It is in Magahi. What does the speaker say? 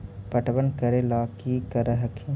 पटबन करे ला की कर हखिन?